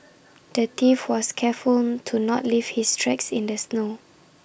the thief was careful to not leave his tracks in the snow